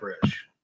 Fresh